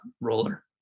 roller